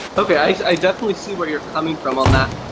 okay, i definitely see where you're coming from on that.